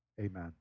Amen